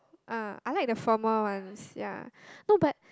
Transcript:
ah I like the firmer ones ya no but